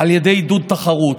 על ידי עידוד תחרות.